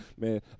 Man